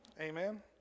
Amen